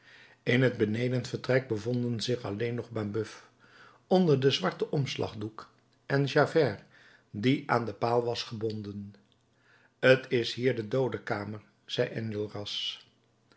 in het benedenvertrek bevonden zich alleen nog mabeuf onder den zwarten omslagdoek en javert die aan den paal was gebonden t is hier de doodenkamer zei